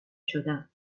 شدم